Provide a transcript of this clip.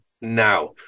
now